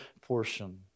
portion